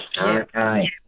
Okay